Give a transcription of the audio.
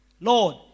Lord